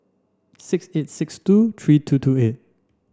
six eight six two three two two eight